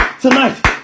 Tonight